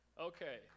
Okay